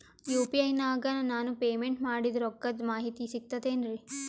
UPI ನಾಗ ನಾನು payment ಮಾಡಿದ ರೊಕ್ಕದ ಮಾಹಿತಿ ಸಿಕ್ತಾತೇನ್ರೀ?